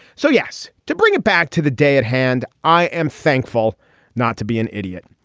so, yes, to bring it back to the day at hand, i am thankful not to be an idiot.